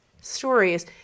stories